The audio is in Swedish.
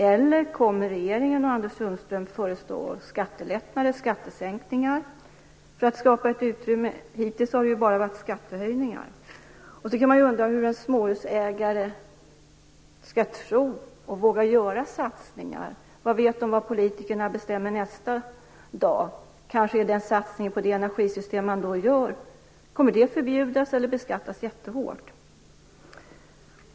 Eller kommer regeringen och Anders Sundström att föreslå skattelättnader och skattesänkningar för att skapa ett utrymme? Hittills har det bara varit skattehöjningar. Sedan kan man ju undra vad småhusägarna skall tro. Skall de våga göra satsningar? De vet ju inte vad politikerna bestämmer nästa dag. Det är kanske så att det energisystem man satsar på kommer att förbjudas eller beskattas jättehårt.